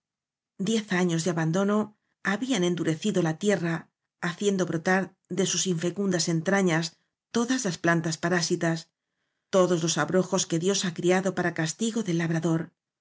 diez años de aban dono habían endurecido la tierra haciendo bro tar de sus infecundas entrañas todas las plantas parásitas todos los abrojos que dios ha criado para castigo del labrador